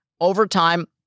overtime